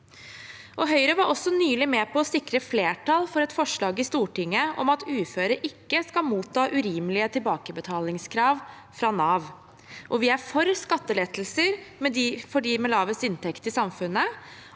Høyre var også nylig med på å sikre flertall for et forslag i Stortinget om at uføre ikke skal motta urimelige tilbakebetalingskrav fra Nav. Vi er for skattelettelser for dem med lavest inntekter i samfunnet,